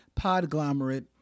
podglomerate